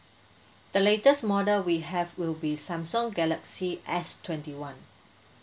the latest model we have will be samsung galaxy S twenty one